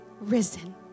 risen